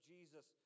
Jesus